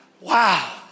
Wow